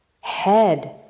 head